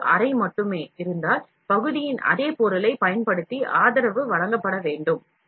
இது ஒரு அறை மட்டுமே இருந்தால் பகுதியின் அதே பொருளைப் பயன்படுத்தி ஆதரவு வழங்கப்பட வேண்டும்